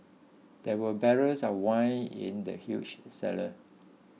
there were barrels of wine in the huge cellar